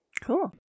Cool